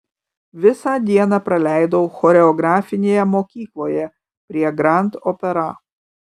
visą dieną praleidau choreografinėje mokykloje prie grand opera